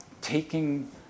taking